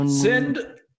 Send